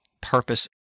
purpose